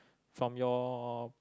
from your